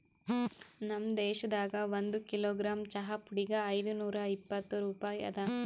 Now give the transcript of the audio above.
ನಮ್ ದೇಶದಾಗ್ ಒಂದು ಕಿಲೋಗ್ರಾಮ್ ಚಹಾ ಪುಡಿಗ್ ಐದು ನೂರಾ ಇಪ್ಪತ್ತು ರೂಪಾಯಿ ಅದಾ